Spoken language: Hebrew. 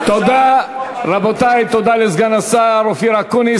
תודה לסגן השר אופיר אקוניס.